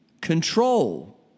control